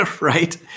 right